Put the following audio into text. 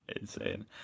insane